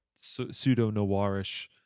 pseudo-noirish